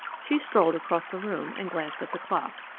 she strolled across the room and glanced at the clock,